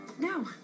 No